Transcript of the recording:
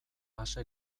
ase